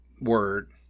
word